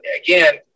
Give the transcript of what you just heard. again